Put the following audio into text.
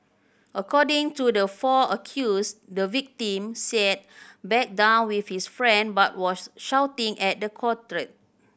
according to the four accused the victim sat back down with his friend but was shouting at the quartet